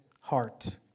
heart